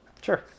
Sure